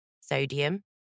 sodium